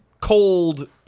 cold